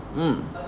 mm